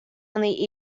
only